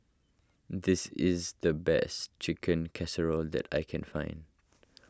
this is the best Chicken Casserole that I can find